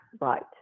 Right